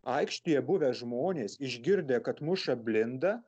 aikštėje buvę žmonės išgirdę kad muša blinda